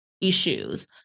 issues